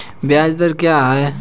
ब्याज दर क्या है?